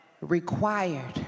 required